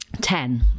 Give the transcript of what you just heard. Ten